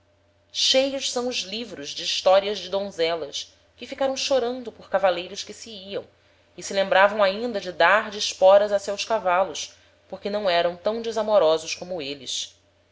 cheios são os livros de historias de donzelas que ficaram chorando por cavaleiros que se iam e se lembravam ainda de dar de esporas a seus cavalos porque não eram tam desamorosos como êles